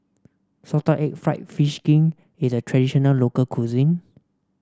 Salted Egg fried fish skin is a traditional local cuisine